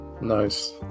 Nice